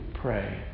pray